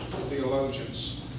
theologians